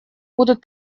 будут